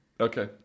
Okay